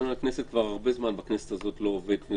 תקנון הכנסת כבר הרבה זמן בכנסת הזאת לא עובד.